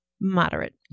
moderate